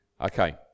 Okay